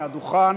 מהדוכן.